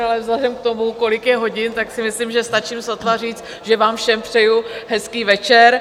Ale vzhledem k tomu, kolik je hodin, tak si myslím, že stačím sotva říct, že vám všem přeju hezký večer.